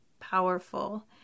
powerful